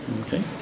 okay